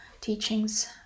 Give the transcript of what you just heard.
teachings